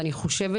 ואני חושבת